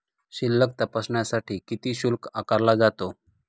शिल्लक तपासण्यासाठी किती शुल्क आकारला जातो?